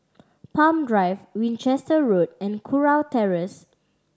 Palm Drive Winchester Road and Kurau Terrace